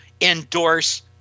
endorse